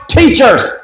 teachers